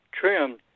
trimmed